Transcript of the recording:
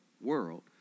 world